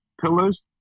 pillars